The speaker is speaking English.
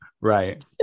right